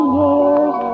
years